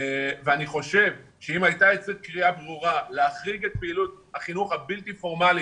אני חושב שאם הייתה קריאה ברורה להחריג את פעילות החינוך הבלתי פורמלי